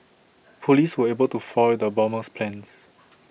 Police were able to foil the bomber's plans